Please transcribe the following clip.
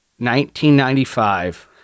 1995